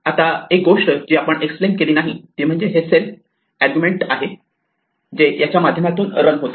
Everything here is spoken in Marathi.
आता एक गोष्ट जी आपण एक्सप्लेन केली नाही ती म्हणजे हे सेल्फ अर्ग्युमेण्ट आहे जे याच्या माध्यमातून रन होते